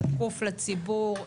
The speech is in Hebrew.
שקוף לציבור,